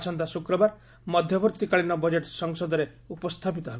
ଆସନ୍ତା ଶୁକ୍ରବାର ମଧ୍ୟବର୍ତ୍ତୀକାଳୀନ ବଜେଟ୍ ସଂସଦରେ ଉପସ୍ଥାପିତ ହେବ